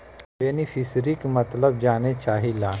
बेनिफिसरीक मतलब जाने चाहीला?